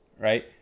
right